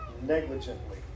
negligently